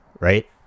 right